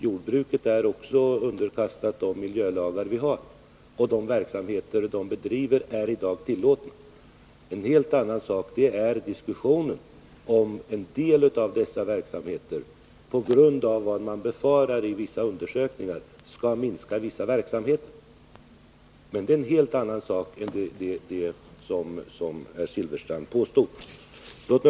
Jordbruket är också underkastat de miljölagar vi har, och de verksamheter man i dag bedriver inom jordbruket är tillåtna. En helt annan sak är diskussionen om att det vid vissa undersökningar befarats att man skall behöva minska en del verksamheter. Men det är någonting annat än vad Bengt Silfverstrand påstod.